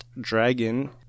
Dragon